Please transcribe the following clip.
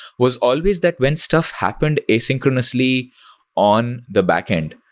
was always that when stuff happened asynchronously on the backend.